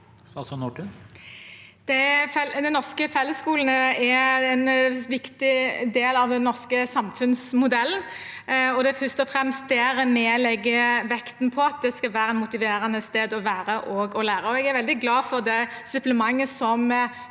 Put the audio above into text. nors- ke fellesskolen er en viktig del av den norske samfunnsmodellen, og det er først og fremst der vi legger vekt på at det skal være et motiverende sted å være og lære. Jeg er veldig glad for det supplementet som